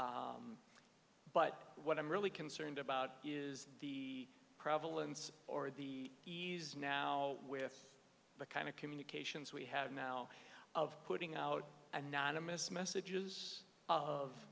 civil but what i'm really concerned about is the prevalence or the ease now with the kind of communications we have now of putting out anonymous messages of